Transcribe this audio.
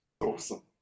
Awesome